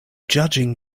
judging